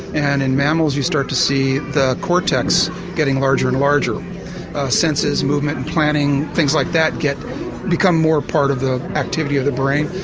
and in mammals you start to see the cortex getting larger and larger senses, movement and planning things like that become more part of the activity of the brain.